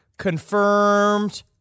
Confirmed